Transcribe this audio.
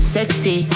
Sexy